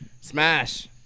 Smash